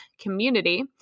community